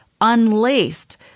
unlaced